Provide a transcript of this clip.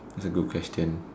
a good question